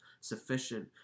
Sufficient